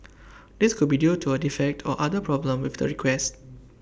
this could be due to A defect or other problem with the request